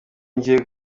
njyewe